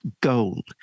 gold